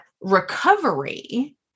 recovery